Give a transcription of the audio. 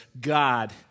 God